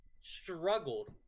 Struggled